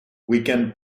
weekend